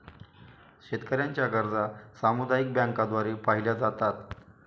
शेतकऱ्यांच्या गरजा सामुदायिक बँकांद्वारे पाहिल्या जातात